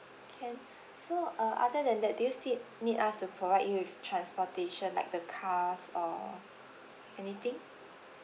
can so uh other than that do you still need us to provide you with transportation like the cars or anything